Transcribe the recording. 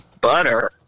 Butter